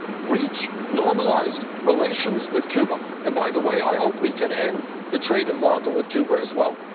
reach normalized relations with cuba. and by the way, i hope we can end the trade embargo with cuba as well.